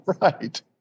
Right